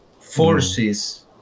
forces